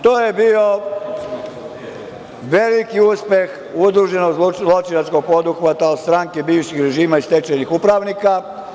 To je bio veliki uspeh udruženog zločinačkog poduhvata stranke bivšeg režima i stečajnih upravnika.